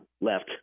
left